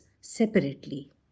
separately